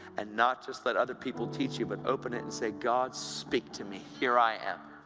and not just let other people teach you, but open it and say, god, speak to me! here i am.